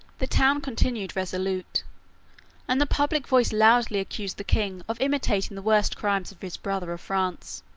the town continued resolute and the public voice loudly accused the king of imitating the worst crimes of his brother of france.